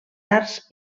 arts